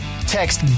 Text